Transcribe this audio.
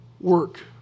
work